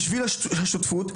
בשביל השותפות,